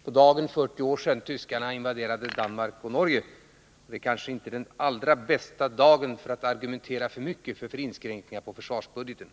är på dagen 40 år sedan tyskarna invaderade Danmark och Norge. Det är kanske inte den allra bästa dagen för att argumentera för mycket för inskränkningar av försvarsbudgeten.